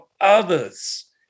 others